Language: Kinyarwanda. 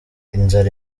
inzara